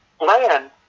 land